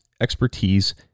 expertise